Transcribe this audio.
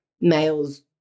males